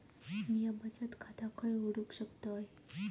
म्या बचत खाते खय उघडू शकतय?